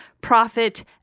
profit